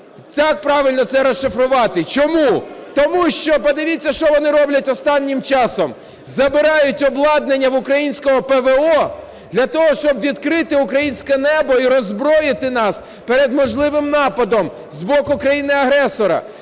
Так правильно це розшифрувати. Чому? Тому що подивіться, що вони роблять останнім часом: забирають обладнання в українського ПВО для того, щоб відкрити українське небо і роззброїти нас перед можливим нападом з боку країни-агресора.